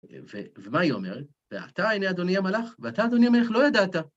ומה היא אומרת? ואתה, הנה, אדוני המלאך, ואתה, אדוני המלאך, לא ידעת.